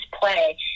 play